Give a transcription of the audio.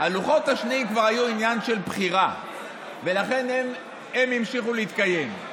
הלוחות השניים כבר היו עניין של בחירה ולכן הם המשיכו להתקיים.